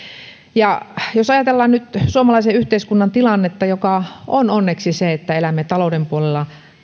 jos ajatellaan nyt suomalaisen yhteiskunnan tilannetta joka on onneksi se että elämme talouden puolella